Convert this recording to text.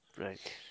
Right